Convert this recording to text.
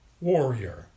warrior